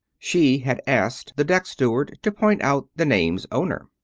she had asked the deck-steward to point out the name's owner.